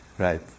Right